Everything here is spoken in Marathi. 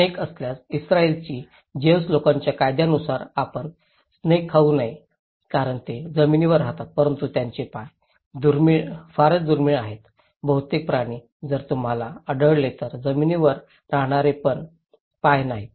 साप असल्यास इस्त्रायली जेव्हस लोकांच्या कायद्यानुसार आपण साप खाऊ नये कारण ते जमिनीवर राहतात परंतु त्यांचे पाय फारच दुर्मिळ आहेत बहुतेक प्राणी जर तुम्हाला आढळले तर जमिनीवर राहणारे पण पाय नाहीत